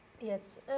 Yes